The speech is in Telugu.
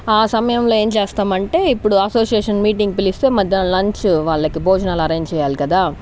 ఆ సమయంలో ఏం చేస్తామంటే ఇప్పుడు అసోసియేషన్ మీటింగ్ పిలిస్తే మధ్యాహ్నం లంచ్ వాళ్ళకి భోజనాలు అరేంజ్ చేయాలి కదా